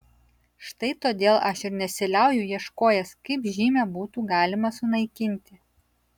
štai todėl aš ir nesiliauju ieškojęs kaip žymę būtų galima sunaikinti